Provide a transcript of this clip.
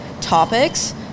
topics